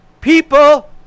people